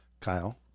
Kyle